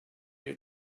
your